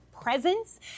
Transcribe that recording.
presence